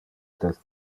del